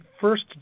first